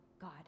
God